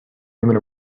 human